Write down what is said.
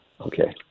Okay